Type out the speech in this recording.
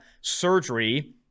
surgery